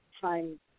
time